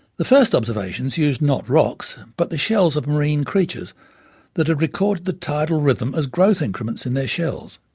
the first observations used not rocks but the shells of marine creatures that had recorded the tidal rhythm as growth increments in their shells.